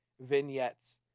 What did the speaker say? vignettes